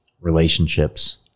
relationships